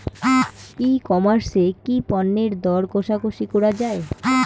ই commerce এ কি পণ্যের দর কশাকশি করা য়ায়?